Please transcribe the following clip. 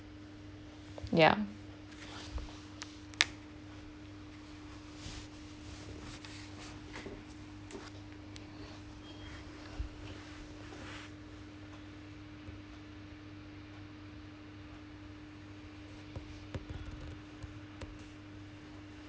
yeah